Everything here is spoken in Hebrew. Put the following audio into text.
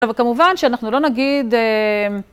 וכמובן שאנחנו לא נגיד...